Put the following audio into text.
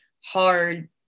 hard